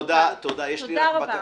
תודה רבה.